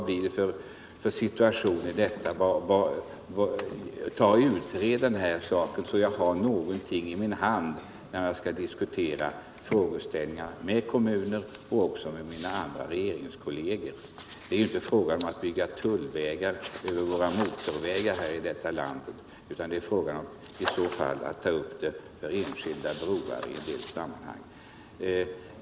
Hur skulle detta utfalla? Utred den här saken, så att jag har någonting i min hand när jag skall diskutera sådana här frågeställningar med kommuner och också med mina regeringskolleger. Det är inte fråga om att bygga tullvägar över motorvägarna här i landet, utan det är i så fall fråga om att ta upp den här saken när det gäller enskilda broar.